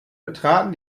betraten